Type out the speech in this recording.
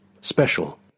special